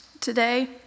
Today